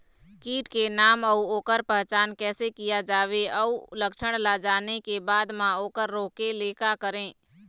कीट के नाम अउ ओकर पहचान कैसे किया जावे अउ लक्षण ला जाने के बाद मा ओकर रोके ले का करें?